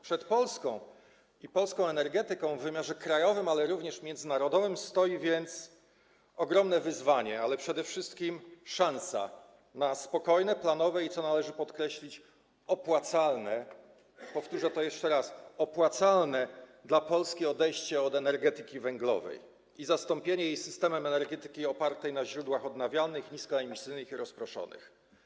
Przed Polską i polską energetyką w wymiarze krajowym, ale również w wymiarze międzynarodowym stoi zatem ogromne wyzwanie, ale przede wszystkim szansa na spokojne, planowe i, co należy podkreślić, opłacalne - powtórzę to jeszcze raz: opłacalne - dla Polski odejście od energetyki węglowej i zastąpienie jej systemem energetyki opartej na źródłach odnawialnych, niskoemisyjnych i rozproszonych.